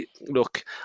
look